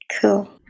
Cool